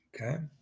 okay